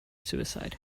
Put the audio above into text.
suicide